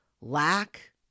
lack